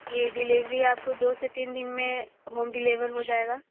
यह डिलीवरी आपको दो से तीन दिन में होम डिलीवर हो जाएगा